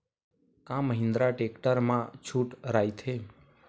का महिंद्रा टेक्टर मा छुट राइथे?